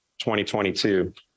2022